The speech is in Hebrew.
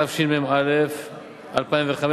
התשמ"ה 2005,